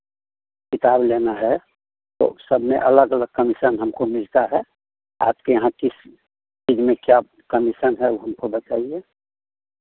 किताब लेना है तो सबमें अलग अलग कमीशन हमको मिलता है आपके यहाँ किस चीज़ में क्या कमीशन है वो हमको बताइए